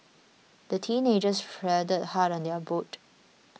the teenagers paddled hard on their boat